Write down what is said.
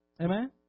Amen